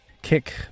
kick